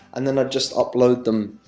and then i'd just upload them.